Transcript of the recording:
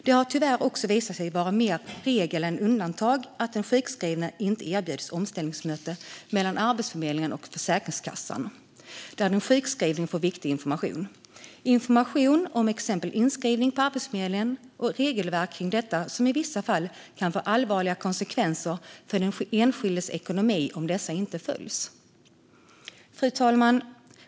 Det har tyvärr också visat sig vara mer regel än undantag att den sjukskrivne inte erbjuds omställningsmöten mellan Arbetsförmedlingen och Försäkringskassan där den sjukskrivne får viktig information om exempelvis inskrivning på Arbetsförmedlingen och regelverket kring detta, vilket i vissa fall kan få allvarliga konsekvenser för den enskildes ekonomi om reglerna inte följs. Fru talman!